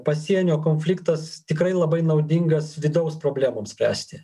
pasienio konfliktas tikrai labai naudingas vidaus problemoms spręsti